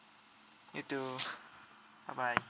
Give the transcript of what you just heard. you too bye bye